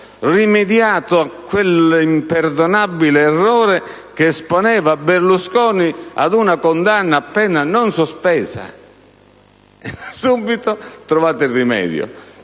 rimediato a quell'imperdonabile errore che esponeva Berlusconi ad una condanna a pena non sospesa. È stato subito trovato il rimedio.